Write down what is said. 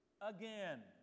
Again